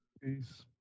Peace